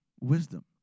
wisdom